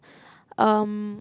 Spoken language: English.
um